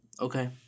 Okay